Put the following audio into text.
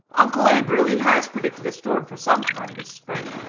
uncle abe really has predicted a storm for sometime this spring,